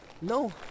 No